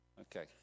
Okay